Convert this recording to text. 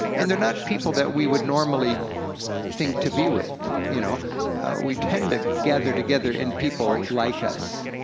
and they're not people that we would normally think to be with. you know we tend to gather together in people like us,